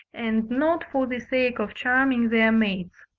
and not for the sake of charming their mates.